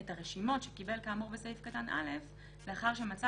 את הרשימות שקיבל כאמור בסעיף קטן (א) לאחר שמצא